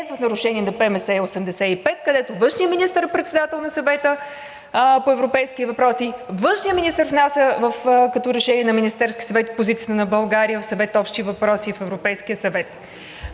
в нарушение на ПМС № 85, където външният министър – председател на Съвета по европейските въпроси, външният министър внася като решение на Министерския съвет позицията на България в Съвета „Общи въпроси“ в Европейския съвет.